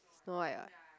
snow-white ah